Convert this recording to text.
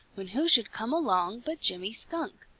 when who should come along but jimmy skunk.